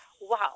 wow